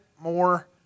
more